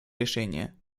решения